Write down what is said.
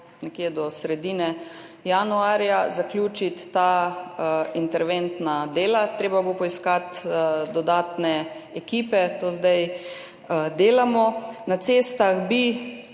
nekje do sredine januarja, zaključiti ta interventna dela. Treba bo poiskati dodatne ekipe, to zdaj delamo. Naše